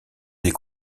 des